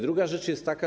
Druga rzecz jest taka.